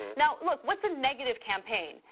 now look what's a negative campaign?